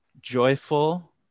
joyful